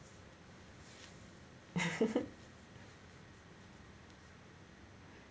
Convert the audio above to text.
is it